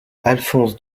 alphonse